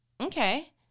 okay